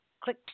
click